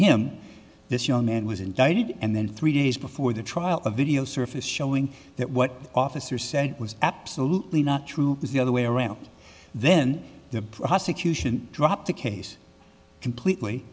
him this young man was indicted and then three days before the trial a video surfaced showing that what officer said was absolutely not true is the other way around then the prosecution dropped the case completely